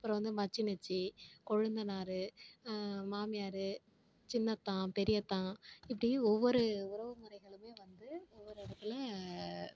அப்புறம் வந்து மச்சினச்சி கொழுந்தனாரு மாமியாரு சின்னத்தான் பெரியத்தான் இப்படி ஒவ்வொரு உறவுமுறைகளுமே வந்து ஒவ்வொரு இடத்துல